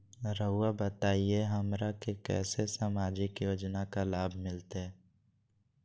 रहुआ बताइए हमरा के कैसे सामाजिक योजना का लाभ मिलते?